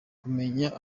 kumenya